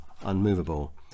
unmovable